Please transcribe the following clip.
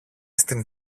στην